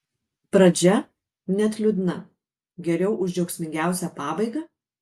pradžia net liūdna geriau už džiaugsmingiausią pabaigą